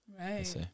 Right